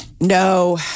No